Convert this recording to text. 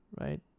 Right